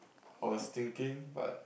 I was thinking but